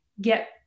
get